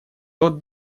тот